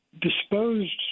disposed